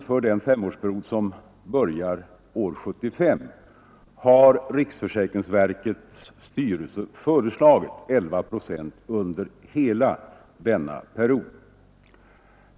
För den femårsperiod som börjar år 1975 har riksförsäkringsverkets styrelse föreslagit en arbetsgivaravgift på 11 procent under hela perioden.